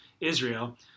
Israel